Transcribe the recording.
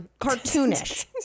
cartoonish